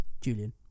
Julian